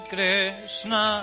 Krishna